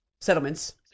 settlements